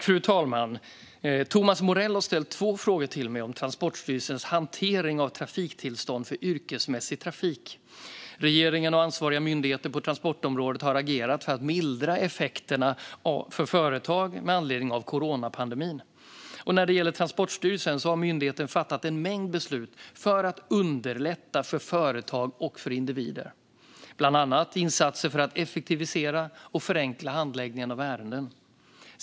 Fru talman! har ställt två frågor till mig om Transportstyrelsens hantering av trafiktillstånd för yrkesmässig trafik. Regeringen och ansvariga myndigheter på transportområdet har agerat för att mildra effekterna för företag med anledning av coronapandemin. När det gäller Transportstyrelsen har myndigheten fattat en mängd beslut för att underlätta för företag och individer. Det är bland annat insatser för att effektivisera och förenkla handläggning av ärenden.